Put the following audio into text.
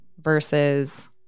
versus